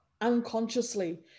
unconsciously